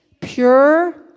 pure